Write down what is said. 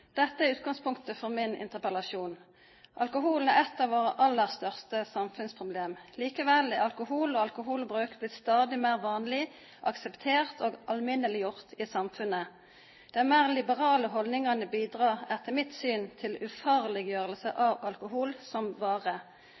Dette er utgangspunktet for min interpellasjon. Alkoholen er et av våre aller største samfunnsproblemer. Likevel er alkohol og alkoholbruk blitt stadig mer vanlig, akseptert og alminneliggjort i samfunnet. De mer liberale holdningene bidrar etter mitt syn til en ufarliggjøring av alkohol som